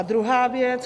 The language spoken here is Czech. Druhá věc.